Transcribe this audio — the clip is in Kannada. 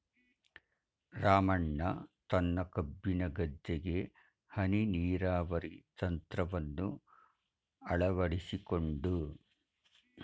ರಾಮಣ್ಣ ತನ್ನ ಕಬ್ಬಿನ ಗದ್ದೆಗೆ ಹನಿ ನೀರಾವರಿ ತಂತ್ರವನ್ನು ಅಳವಡಿಸಿಕೊಂಡು